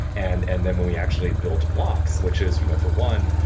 and and then when we actually built blocks, which is you know for one,